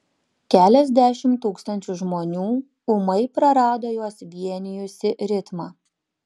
keliasdešimt tūkstančių žmonių ūmai prarado juos vienijusį ritmą